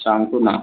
सांगतो ना